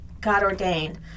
God-ordained